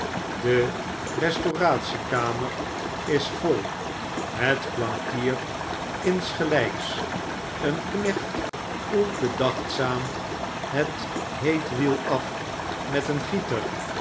de restauratie kamer is vol het plankier insgelgks een knecht'koelt bedachtzaam een heet wiel af met een gieter